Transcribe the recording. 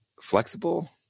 flexible